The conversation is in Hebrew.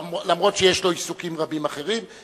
אף-על-פי שיש לו עיסוקים רבים אחרים.